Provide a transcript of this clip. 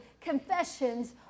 confessions